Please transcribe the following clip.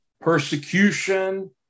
persecution